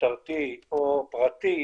משטרתי או פרטי